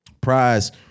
Prize